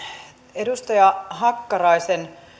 edustaja hakkaraisen